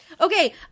Okay